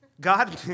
God